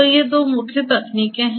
तो ये दो मुख्य तकनीकें हैं